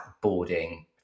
boarding